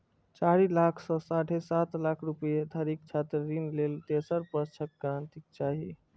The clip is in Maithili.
चारि लाख सं साढ़े सात लाख रुपैया धरिक छात्र ऋण लेल तेसर पक्षक गारंटी चाही